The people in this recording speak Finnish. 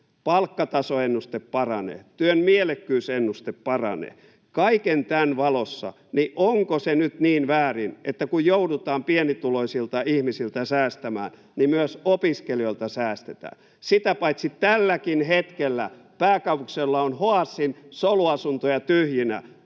palkkatasoennuste paranee, työn mielek-kyysennuste paranee. Kaiken tämän valossa, onko se nyt niin väärin, että kun joudutaan pienituloisilta ihmisiltä säästämään, myös opiskelijoilta säästetään. Sitä paitsi tälläkin hetkellä pääkaupunkiseudulla on Hoasin soluasuntoja tyhjinä,